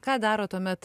ką daro tuomet